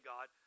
God